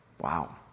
wow